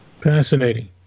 Fascinating